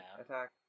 attack